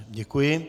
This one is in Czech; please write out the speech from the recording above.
Děkuji.